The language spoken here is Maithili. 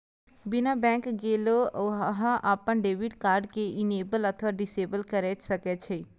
बिना बैंक गेलो अहां अपन डेबिट कार्ड कें इनेबल अथवा डिसेबल कैर सकै छी